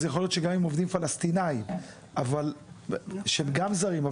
אז יכול להיות שגם עם עובדים פלשתינאים שהם גם זרים.